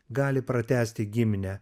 gali pratęsti giminę